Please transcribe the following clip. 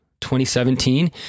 2017